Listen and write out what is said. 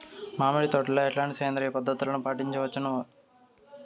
మామిడి తోటలో ఎట్లాంటి సేంద్రియ పద్ధతులు పాటించవచ్చును వచ్చును?